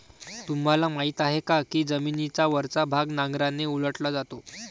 तुम्हाला माहीत आहे का की जमिनीचा वरचा भाग नांगराने उलटला जातो?